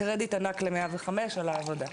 קרדיט ענק ל-105 על העבודה.